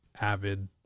avid